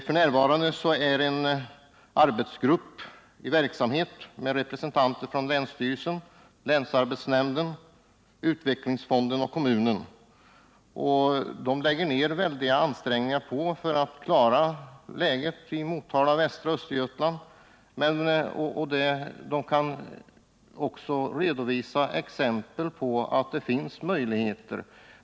F. n. är en arbetsgrupp i verksamhet med representanter för länsstyrelsen, länsarbetsnämnden, utvecklingsfonden och kommunen, och den gör väldiga ansträngningar för att klara situationen i Motala och västra Östergötland. Arbetsgruppen kan också redovisa exempel på att det finns möjligheter.